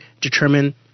determine